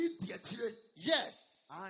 yes